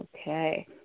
Okay